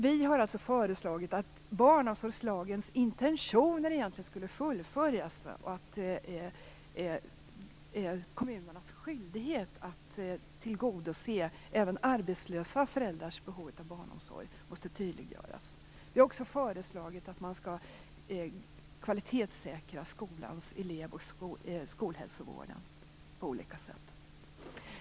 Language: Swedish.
Vi har föreslagit att det som egentligen är barnomsorgslagens intentioner skall fullföljas och att kommunernas skyldighet att tillgodose även arbetslösa föräldrars behov av barnomsorg måste tydliggöras. Vi har föreslagit att man skall kvalitetssäkra skolhälsovården på olika sätt.